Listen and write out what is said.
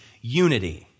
unity